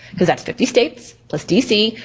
cause that's fifty states, plus dc,